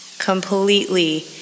completely